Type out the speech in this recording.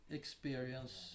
experience